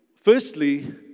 Firstly